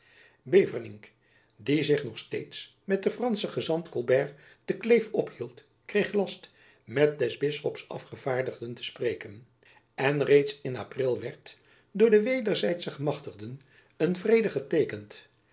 beverningk die zich nog steeds met den franschen gezant colbert te kleef ophield kreeg last met des bisschops afgevaardigden te spreken en reeds in april werd door de wederzijdsche gemachtigden een vrede geteekend